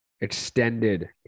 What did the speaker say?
extended